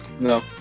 no